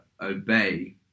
obey